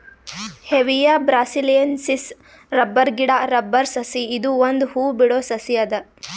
Hevea brasiliensis rubber ಗಿಡಾ rubber ಸಸಿ ಇದು ಒಂದ್ ಹೂ ಬಿಡೋ ಸಸಿ ಅದ